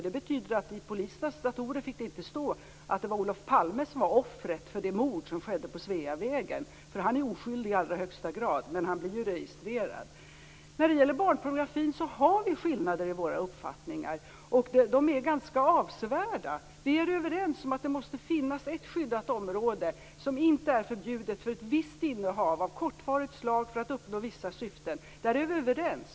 Den betyder att det inte får stå i polisernas datorer att det var Olof Palme som var offret för det mord som skedde på Sveavägen, eftersom han i allra högsta grad var oskyldig men blev registrerad. Det finns skillnader i våra uppfattningar om barnpornografin. De är ganska avsevärda. Vi är överens om att det måste finnas ett skyddat område som inte är förbjudet för ett visst innehav av kortvarigt slag för att uppnå vissa syften.